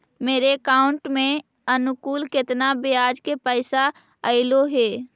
मेरे अकाउंट में अनुकुल केतना बियाज के पैसा अलैयहे?